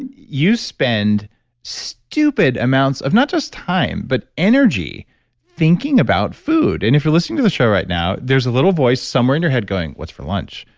you spend stupid amounts of not just time but energy thinking about food. and if you're listening to the show right now, there's a little voice somewhere in your head going, what's for lunch?